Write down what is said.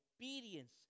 obedience